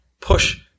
push